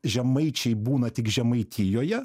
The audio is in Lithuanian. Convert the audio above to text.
žemaičiai būna tik žemaitijoje